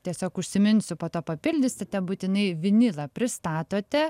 tiesiog užsiminsiu po to papildysite būtinai vinilą pristatote